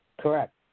Correct